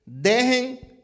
dejen